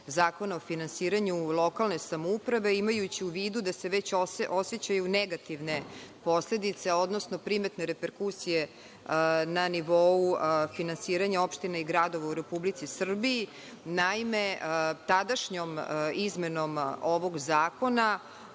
Zakona o finansiranju lokalne samouprave, imajući u vidu da se već osećaju negativne posledice, odnosno primetne reperkusije na nivou finansiranja opština i gradova u Republici Srbiji. Naime, tadašnjom izmenom ovog zakona